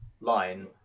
line